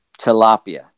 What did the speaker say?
tilapia